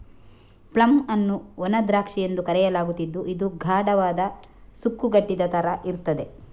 plum ಅನ್ನು ಒಣ ದ್ರಾಕ್ಷಿ ಎಂದು ಕರೆಯಲಾಗುತ್ತಿದ್ದು ಇದು ಗಾಢವಾದ, ಸುಕ್ಕುಗಟ್ಟಿದ ತರ ಇರ್ತದೆ